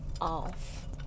off